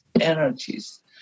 energies